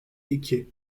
iki